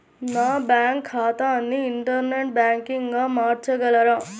నా బ్యాంక్ ఖాతాని ఇంటర్నెట్ బ్యాంకింగ్గా మార్చగలరా?